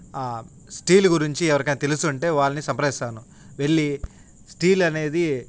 steel గురించి ఎవరికైనా తెలుసుంటే వాళ్ళని సంప్రదిస్తాను వెళ్ళి స్టీల్ అనేది